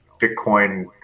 Bitcoin